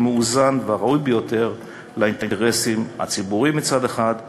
מאוזן והראוי ביותר לאינטרסים הציבוריים מצד אחד,